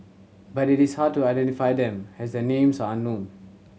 but it is hard to identify them as their names are unknown